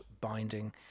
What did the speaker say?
binding